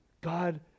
God